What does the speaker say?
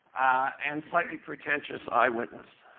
and slightly pretentious eyewitness.